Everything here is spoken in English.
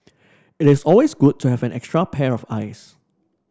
it is always good to have an extra pair of eyes